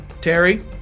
Terry